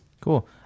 Cool